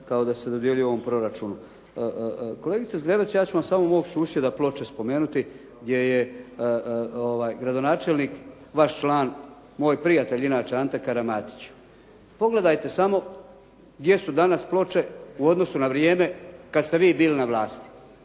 kao da se dodjeljuje ovom proračunu. Kolegice Zgrebec, ja ću vam samo mog susjeda Ploče spomenuti gdje je gradonačelnik vaš član moj prijatelj inače Ante Karamatić. Pogledajte samo gdje su danas Ploče u odnosu na vrijeme kad ste vi bili na vlasti.